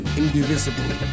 indivisible